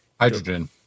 Hydrogen